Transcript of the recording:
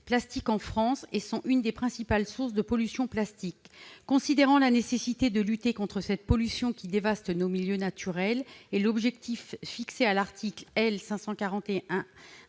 en France et sont une des principales sources de pollution plastique. Considérant la nécessité de lutter contre cette pollution, qui dévaste nos milieux naturels, et l'objectif fixé à l'article L.